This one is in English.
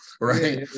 right